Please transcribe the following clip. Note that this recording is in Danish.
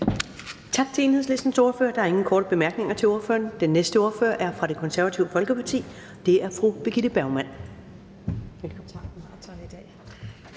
Tak til Enhedslistens ordfører. Der er ingen korte bemærkninger til ordføreren. Den næste ordfører er fra Det Konservative Folkeparti, og det er fru Birgitte Bergman.